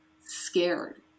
scared